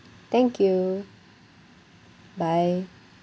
thank you bye